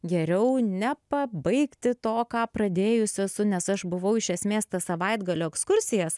geriau nepabaigti to ką pradėjus esu nes aš buvau iš esmės tas savaitgalio ekskursijas